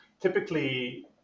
typically